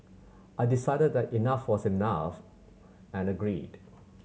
I decided that enough was enough and agreed